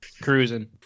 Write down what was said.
Cruising